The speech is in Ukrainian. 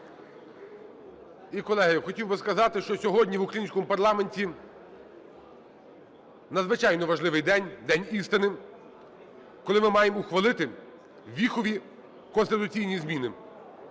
І, колеги, хотів би сказати, що сьогодні в українському парламенті надзвичайно важливий день, день істини, коли ми маємо ухвалити віхові конституційні зміни.